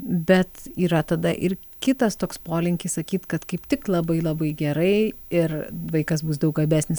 bet yra tada ir kitas toks polinkis sakyt kad kaip tik labai labai gerai ir vaikas bus daug gabesnis